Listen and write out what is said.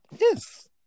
yes